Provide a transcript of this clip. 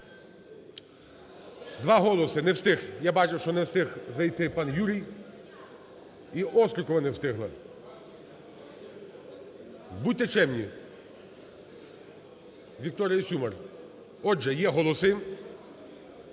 Не встиг. Я бачу, що не встиг зайти пан Юрій і Острікова не встигла. Будьте чемні, Вікторія Сюмар. Отже, є голоси.